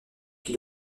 qui